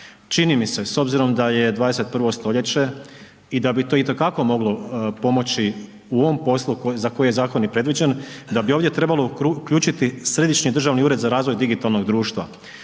Čini mi se s obzirom da je 21. st. i da bi to itekako moglo pomoć u ovom poslu za koje je zakon i predviđen, da bi ovdje trebalo uključiti Središnji državni ured za razvoj digitalnog društva